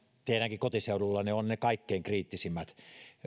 teidänkin kotiseudullanne ne kaikkein kriittisimmät